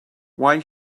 why